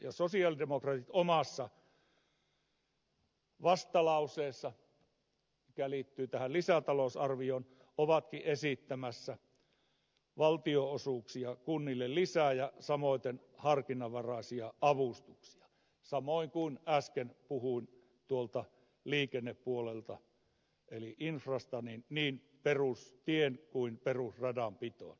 sosialidemokraatit omassa vastalauseessaan joka liittyy tähän lisätalousarvioon ovatkin esittämässä valtionosuuksia kunnille lisää ja samaten harkinnanvaraisia avustuksia samoin kuin äsken puhuin tuolta liikennepuolelta eli infrasta niin perustien kuin perusradanpitoon